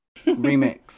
Remix